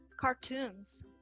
cartoons